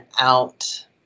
out